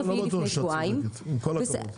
אני לא חושב שאת צודקת, עם כל הכבוד.